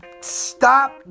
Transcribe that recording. stop